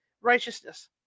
righteousness